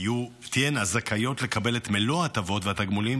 תהיינה זכאיות לקבל את מלוא ההטבות והתגמולים